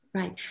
Right